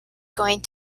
going